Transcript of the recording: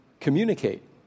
communicate